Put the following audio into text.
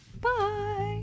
bye